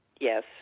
Yes